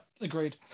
agreed